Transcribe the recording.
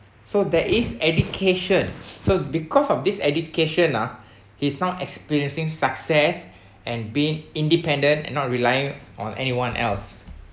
so there is education so because of this education ah he's now experiencing success and being independent and not relying on anyone else